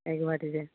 একবারে যে